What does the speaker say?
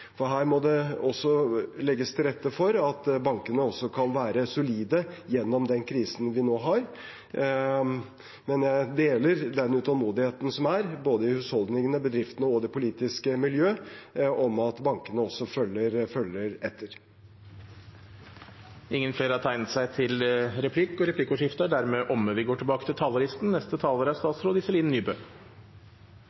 For her må det også legges til rette for at bankene kan være solide gjennom den krisen vi nå har. Men jeg deler den utålmodigheten som er, både i husholdningene, i bedriftene og i det politiske miljøet, om at bankene også følger etter. Replikkordskiftet er dermed omme. Flyselskapene utgjør en sentral del av den kritiske infrastrukturen i landet. Både varer og folk fraktes rundt omkring i landet med fly, og noen plasser er